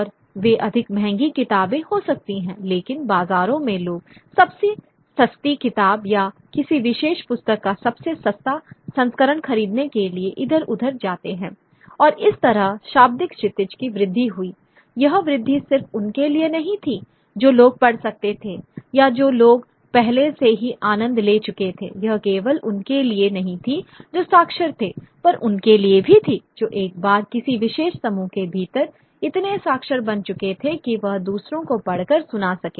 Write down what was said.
और वे अधिक महंगी किताबें हो सकती हैं लेकिन बाज़ारों में लोग सबसे सस्ती किताब या किसी विशेष पुस्तक का सबसे सस्ता संस्करण खरीदने के लिए इधर उधर जाते हैंऔर इस तरह शाब्दिक क्षितिज की वृद्धि हुई यह वृद्धि सिर्फ उनके लिए नहीं थी जो लोग पढ़ सकते थे या जो लोग पहले से ही आनंद ले चुके थे यह केवल उनके लिए नहीं थी जो साक्षर थे पर उनके लिए भी थी जो एक बार किसी विशेष समूह के भीतर इतने साक्षर बन चुके थे कि वह दूसरों को पढ़कर सुना सके